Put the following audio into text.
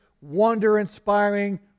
wonder-inspiring